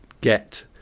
get